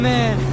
Man